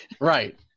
Right